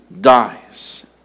dies